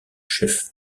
chef